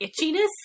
itchiness